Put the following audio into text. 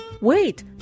Wait